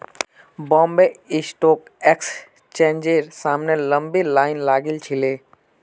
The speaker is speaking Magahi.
बॉम्बे स्टॉक एक्सचेंजेर सामने लंबी लाइन लागिल छिले